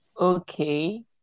okay